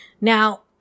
Now